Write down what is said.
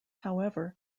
however